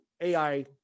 AI